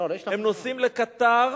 לא, יש לך עוד זמן.